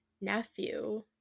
nephew